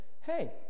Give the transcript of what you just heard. Hey